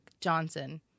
Johnson